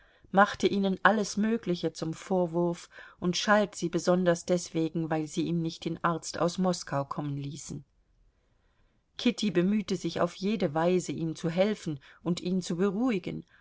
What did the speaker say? machte ihnen alles mögliche zum vorwurf und schalt sie besonders deswegen weil sie ihm nicht den arzt aus moskau kommen ließen kitty bemühte sich auf jede weise ihm zu helfen und ihn zu beruhigen